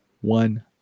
One